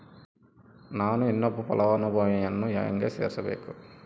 ನಾನು ಇನ್ನೊಬ್ಬ ಫಲಾನುಭವಿಯನ್ನು ಹೆಂಗ ಸೇರಿಸಬೇಕು?